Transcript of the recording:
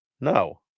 No